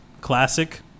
classic